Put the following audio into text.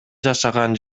жашаган